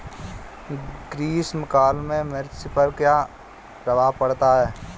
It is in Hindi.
ग्रीष्म काल में मिर्च पर क्या प्रभाव पड़ता है?